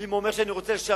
אם הוא אומר: אני רוצה לשרת,